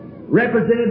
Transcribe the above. represented